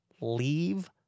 leave